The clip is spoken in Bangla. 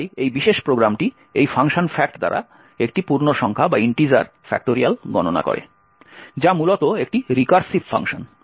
তাই এই বিশেষ প্রোগ্রামটি এই ফাংশন ফ্যাক্ট দ্বারা একটি পূর্ণসংখ্যার ফ্যাক্টরিয়াল গণনা করে যা মূলত একটি রিকারসিভ ফাংশন